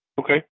Okay